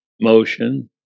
motion